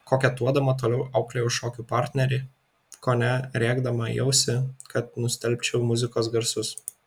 koketuodama toliau auklėjau šokių partnerį kone rėkdama į ausį kad nustelbčiau muzikos garsus